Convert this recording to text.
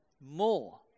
more